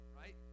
Right